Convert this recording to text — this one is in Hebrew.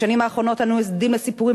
בשנים האחרונות אנו עדים לסיפורים